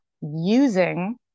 using